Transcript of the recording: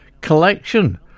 collection